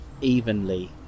evenly